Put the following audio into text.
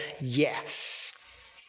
yes